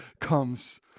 comes